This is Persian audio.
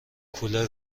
کولر